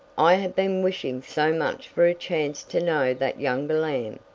i have been wishing so much for a chance to know that younger lamb.